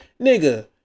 nigga